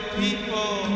people